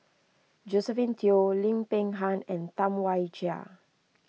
Josephine Teo Lim Peng Han and Tam Wai Jia